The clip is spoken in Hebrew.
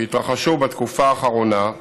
שהתרחשו בתקופה האחרונה,